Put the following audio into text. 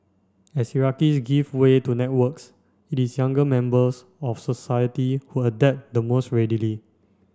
as hierarchies give way to networks it is younger members of society who adapt the most readily